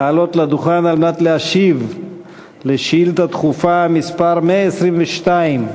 לעלות לדוכן על מנת להשיב על שאילתה דחופה מס' 122,